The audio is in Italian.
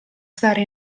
stare